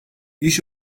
i̇ş